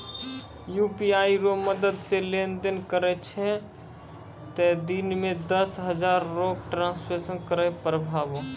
UPI रो मदद से लेनदेन करै छहो तें दिन मे दस हजार रो ट्रांजेक्शन करै पारभौ